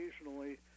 occasionally